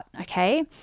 okay